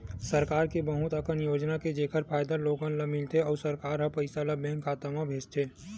सरकार के बहुत कन योजना हे जेखर फायदा लोगन ल मिलथे अउ सरकार ह पइसा ल बेंक खाता म भेजथे